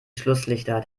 schlusslichter